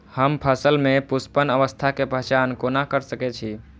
हम फसल में पुष्पन अवस्था के पहचान कोना कर सके छी?